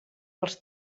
els